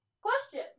question